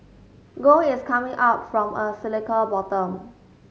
gold is coming up from a cyclical bottom